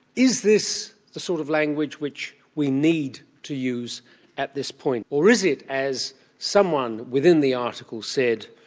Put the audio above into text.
is this the sort of language which we need to use at this point, or is it as someone within the article said,